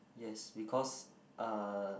yes because uh